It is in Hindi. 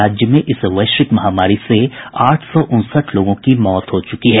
राज्य में इस वैश्विक महामारी से आठ सौ उनसठ लोगों की मौत हो चुकी है